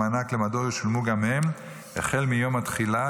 והמענק למדור ישולמו גם הם החל מיום התחילה,